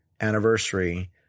anniversary